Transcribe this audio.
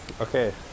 okay